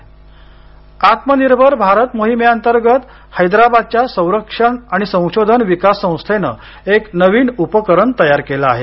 उपकरण आत्मनिर्भर भारत मोहिमेअंतर्गत हैदराबादच्या संरक्षण आणि संशोधन विकास संस्थेनं एक नवीन उपकरण तयार केलं आहे